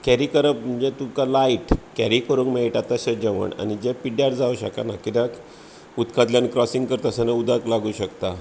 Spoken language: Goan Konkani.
कॅरी करप म्हणजे तुका लायट कॅरी करूंक मेळटा तशें जेवण आनी जें पिड्ड्यार जावं शकाना कित्याक उदकांतल्यान क्रॉसींग करता आसतना उदक लागूं शकता